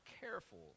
careful